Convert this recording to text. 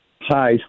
Hi